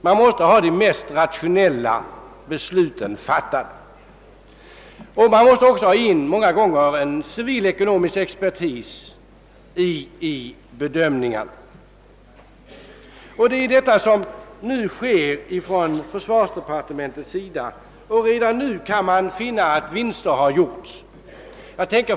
Man måste fatta de mest rationella besluten och många gånger måste också civilekonomisk expertis göra sina bedömningar. Det är detta som nu sker inom försvarsdepartementet. Redan nu kan man finna att vinster gjorts.